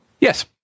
Yes